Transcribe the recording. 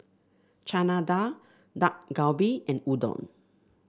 Chana Dal Dak Galbi and Udon